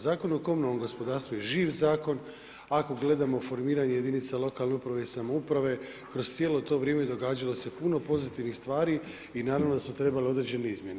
Zakon o komunalnom gospodarstvu je živ zakon, ako gledamo formiranje jedinica lokalne uprave i samouprave kroz cijelo to vrijeme događalo se puno pozitivnih stvari i naravno da su trebale određene izmjene.